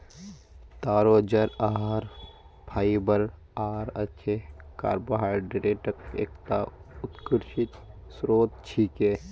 तारो जड़ आहार फाइबर आर अच्छे कार्बोहाइड्रेटक एकता उत्कृष्ट स्रोत छिके